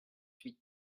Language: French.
huit